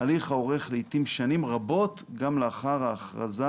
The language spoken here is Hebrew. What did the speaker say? הליך האורך לעתים שנים רבות גם לאחר ההכרזה